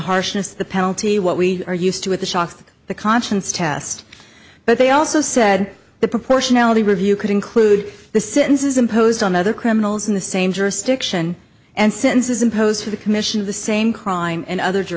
harshness the penalty what we are used to with the shock the conscience test but they also said the proportionality review could include the sentences imposed on other criminals in the same jurisdiction and sentences imposed for the commission of the same crime and other